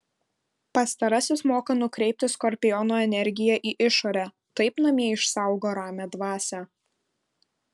pastarasis moka nukreipti skorpiono energiją į išorę taip namie išsaugo ramią dvasią